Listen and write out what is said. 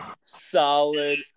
solid